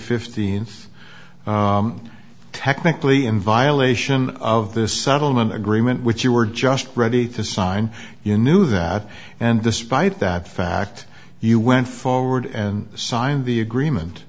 fifteenth technically in violation of this settlement agreement which you were just ready to sign you knew that and despite that fact you went forward and signed the agreement